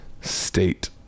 State